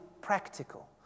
practical